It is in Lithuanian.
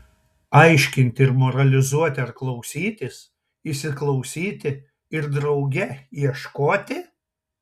aiškinti ir moralizuoti ar klausytis įsiklausyti ir drauge ieškoti